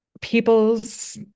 people's